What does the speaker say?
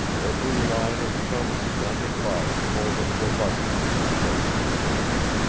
every line of chum's splendid body told of reluctance to approach his master.